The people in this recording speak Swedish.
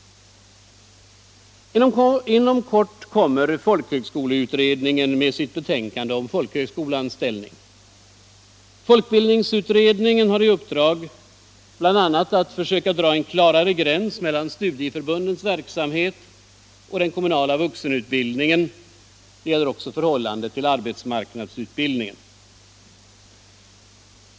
Inom kort kommer folkhögskoleutredningen med sitt betänkande om folkhögskolans ställning. Folkbildningsutredningen har i uppdrag bl.a. att försöka dra en klarare gräns mellan studieförbundens verksamhet och den kommunala vuxenutbildningen. Uppdraget gäller också studieförbundens förhållande till arbetsmarknadsutbildningen.